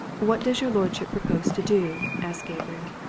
what does your lordship propose to do? asked gabriel.